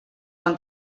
van